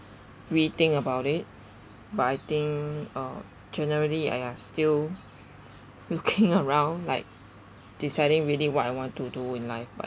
rethink about it but I think ah generally !aiya! still looking around like deciding really what I want to do in life but